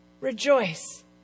Rejoice